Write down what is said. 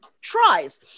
tries